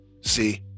see